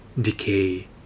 decay